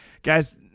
Guys